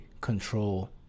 control